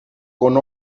con